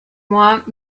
want